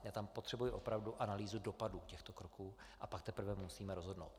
Já tam potřebuji opravdu analýzu dopadu těchto kroků, a pak teprve musíme rozhodnout.